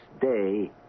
day